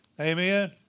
Amen